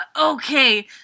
Okay